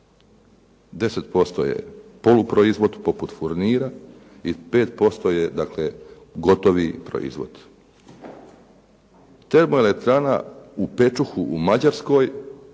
10% je poluproizvod poput furnira i 5% je dakle gotovi proizvod. Termoelektrana u Pečuhu u Mađarskoj